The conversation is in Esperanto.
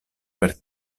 per